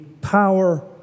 power